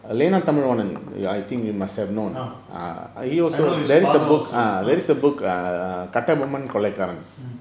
ah I know his father also